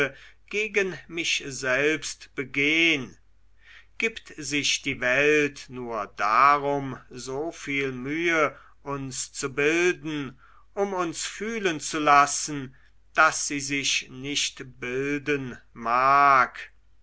gegen mich selbst begehn gibt sich die welt nur darum so viel mühe uns zu bilden um uns fühlen zu lassen daß sie sich nicht bilden mag